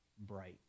bright